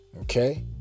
Okay